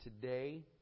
today